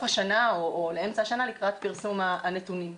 השנה או לאמצע השנה לקראת פרסום הנתונים.